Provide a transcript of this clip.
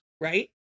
right